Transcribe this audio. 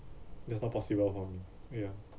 that's not possible for me ya